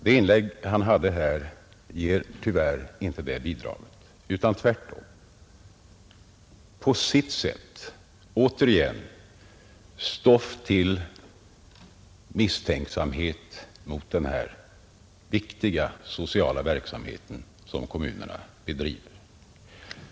Det inlägg han gjorde här ger tyvärr inte det bidraget, utan tvärtom på sitt sätt återigen stoff till misstänksamhet mot den här viktiga sociala verksamheten som kommunerna bedriver.